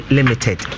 Limited